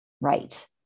right